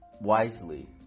Wisely